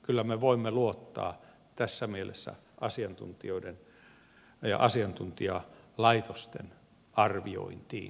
kyllä me voimme luottaa tässä mielessä asiantuntijoiden meidän asiantuntijalaitostemme arviointiin